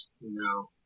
No